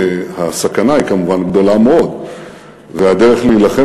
הסכנה היא כמובן גדולה מאוד והדרך להילחם